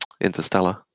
Interstellar